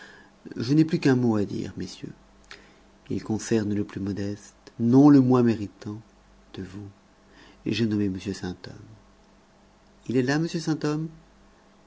je n'ai plus qu'un mot à dire messieurs il concerne le plus modeste non le moins méritant de vous j'ai nommé m sainthomme il est là